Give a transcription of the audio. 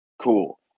Cool